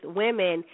women